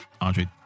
Andre